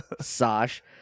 Sash